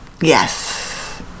Yes